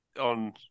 on